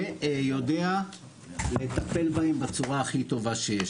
ויודע לטפל בהם בצורה הכי טובה שיש.